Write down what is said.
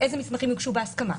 איזה מסמכים יוגשו בהסכמה,